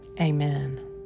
Amen